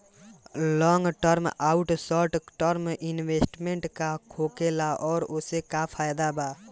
Long term आउर short term investment का होखेला और ओसे का फायदा बा?